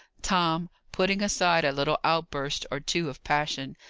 tom, putting aside a little outburst or two of passion,